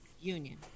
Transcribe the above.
union